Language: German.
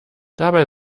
dabei